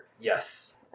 yes